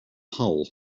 hull